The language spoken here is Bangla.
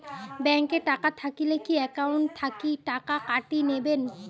ব্যাংক এ টাকা থাকিলে কি একাউন্ট থাকি টাকা কাটি নিবেন?